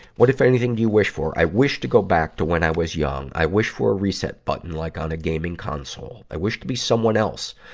what, if anything, do you wish for? i wish to go back to when i was young. i wish for a reset button like on a gaming console. i wish to be someone else,